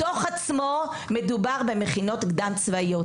בדו"ח עצמו מדובר במכינות קדם צבאיות.